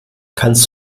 kannst